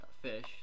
Fish